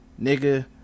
nigga